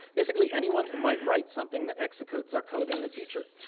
basically, anyone who might write something that executes our code in the future,